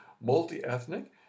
multi-ethnic